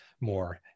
more